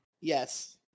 Yes